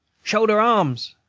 shoulder arms!